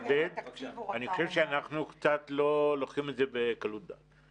אני חושב שאנחנו קצת לוקחים את זה בקלות דעת.